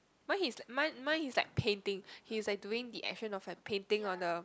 mine he's like mine mine he's like painting he's like doing the action of like painting on the